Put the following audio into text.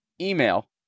email